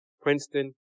Princeton